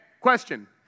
question